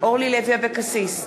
אורלי לוי אבקסיס,